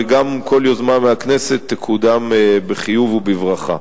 וגם כל יוזמה מהכנסת תקודם בחיוב ובברכה.